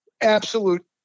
absolute